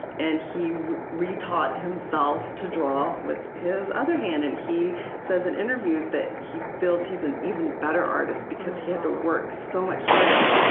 and he re-taught himself to draw with his other hand. and he says in interviews that he feels he's an even better artist because he had to work so much harder.